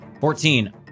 Fourteen